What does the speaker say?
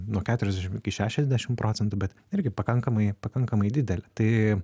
nuo keturiasdešim iki šešiasdešim procentų bet irgi pakankamai pakankamai didelė tai